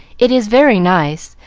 it is very nice,